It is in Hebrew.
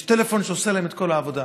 יש טלפון שעושה להם את כל העבודה.